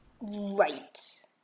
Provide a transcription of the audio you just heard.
Right